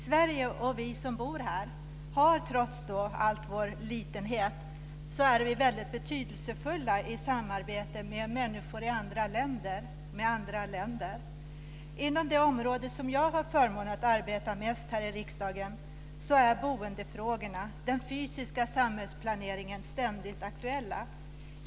Sverige och vi som bor här är trots vår litenhet mycket betydelsefulla i samarbetet med människor i andra länder. Inom det område där jag har förmånen att arbeta mest här i riksdagen är boendefrågan, den fysiska samhällsplaneringen, ständigt aktuell.